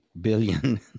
billion